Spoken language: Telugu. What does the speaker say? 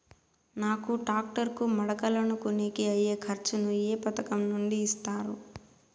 నాకు టాక్టర్ కు మడకలను కొనేకి అయ్యే ఖర్చు ను ఏ పథకం నుండి ఇస్తారు?